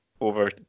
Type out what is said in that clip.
over